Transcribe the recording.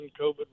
COVID